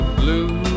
blue